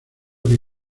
que